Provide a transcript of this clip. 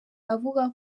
avuga